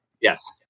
Yes